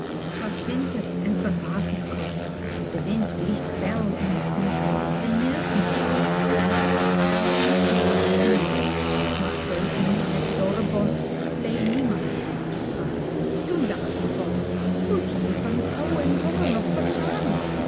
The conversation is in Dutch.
was winter en verbazend koud de wind blies fel en guur en nergens kon men beter zijn dan bij een knappend vuur pieter louwerse alles zingt maar buiten in het dorre bosch leî niemand vuurtjes aan toen dacht een wolf k moet hier van kou en honger nog vergaan